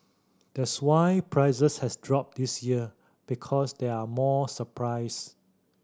that's why prices has dropped this year because there are more surprise